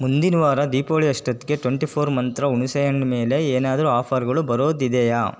ಮುಂದಿನ ವಾರ ದೀಪಾವಳಿ ಅಷ್ಟೊತ್ತಿಗೆ ಟ್ವೆಂಟಿ ಫೋರ್ ಮಂತ್ರ ಹುಣಸೇಹಣ್ಣು ಮೇಲೆ ಏನಾದ್ರೂ ಆಫರ್ಗಳು ಬರೋದಿದೆಯಾ